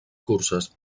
curses